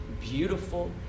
beautiful